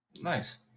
nice